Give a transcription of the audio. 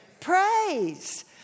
Praise